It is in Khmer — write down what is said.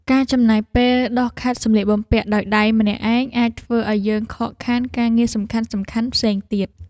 ការចំណាយពេលដុសខាត់សម្លៀកបំពាក់ដោយដៃម្នាក់ឯងអាចធ្វើឱ្យយើងខកខានការងារសំខាន់ៗផ្សេងទៀត។